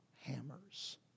hammers